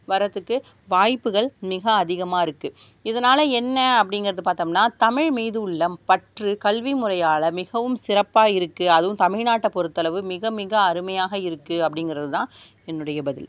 வர்றதுக்கு வாய்ப்புகள் மிக அதிகமாக இருக்குது இதனால் என்ன அப்படிங்குறது பார்த்தோம்னா தமிழ் மீது உள்ளம் பற்று கல்வி முறையால் மிகவும் சிறப்பாக இருக்குது அதுவும் தமிழ்நாட்டை பொறுத்தளவு மிக மிக அருமையாக இருக்குது அப்படிங்குறதுதான் என்னுடைய பதில்